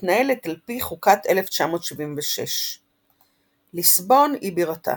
המתנהלת על פי חוקת 1976. ליסבון היא בירתה.